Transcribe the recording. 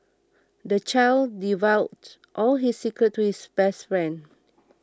the child divulged all his secrets to his best friend